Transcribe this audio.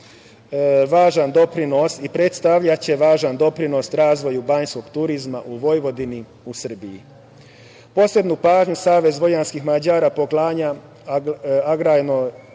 2.500 korisnika i predstavljaće važan doprinos razvoju banjskog turizma u Vojvodini u Srbiji. Posebnu pažnju Savez vojvođanskih Mađara poklanja agrarnoj